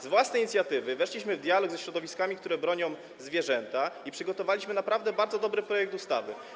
Z własnej inicjatywy weszliśmy w dialog ze środowiskami, które bronią zwierząt, i przygotowaliśmy naprawdę bardzo dobry projekt ustawy.